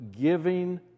giving